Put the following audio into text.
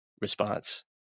response